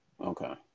Okay